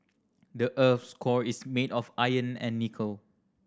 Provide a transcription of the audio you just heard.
the earth's core is made of iron and nickel